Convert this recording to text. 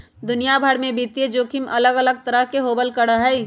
दुनिया भर में वित्तीय जोखिम अलग तरह के होबल करा हई